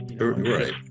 Right